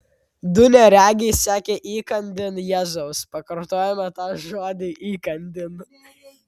du neregiai sekė įkandin jėzaus pakartojame tą žodį įkandin